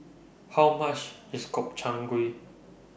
How much IS Gobchang Gui